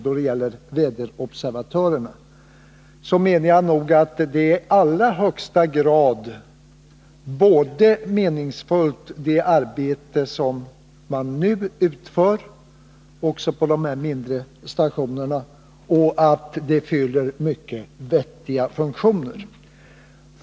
Jag menar nog att det arbete de nu utför både är i högsta grad meningsfullt, också på de mindre stationerna, och fyller mycket vettiga funktioner.